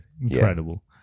incredible